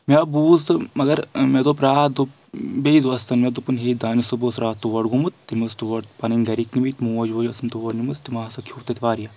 مےٚ آو بوٗز تہٕ مگر مےٚ دوٚپ راتھ دوٚپ بیٚیہِ دوٚپ بیٚیہِ دوستَن دوٚپُن ہے دانِش صٲب بہٕ اوسُس راتھ تور گوٚمُت تٔمۍ ٲس تور پَنٕنۍ گَرِکۍ نِمٕتۍ موج ووج ٲس نہٕ تور نِمٕژ تِمو ہسا کھیٚو تَتہِ واریاہ